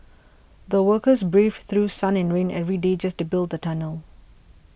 the workers braved through sun and rain every day just to build the tunnel